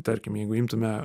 tarkim jeigu imtume